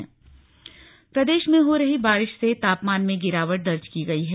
मौसम प्रदेश में हो रही बारिश से तापमान में गिरावट दर्ज की गई है